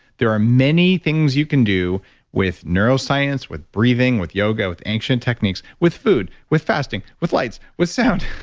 there are many things you can do with neuroscience, with breathing, with yoga, with ancient techniques, with food, with fasting, with lights, with sound,